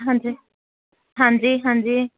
ਹਾਂਜੀ ਹਾਂਜੀ ਹਾਂਜੀ